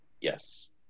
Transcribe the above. Yes